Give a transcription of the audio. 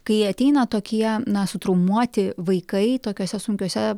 kai ateina tokie na sutraumuoti vaikai tokiose sunkiose